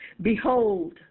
Behold